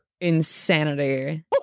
insanity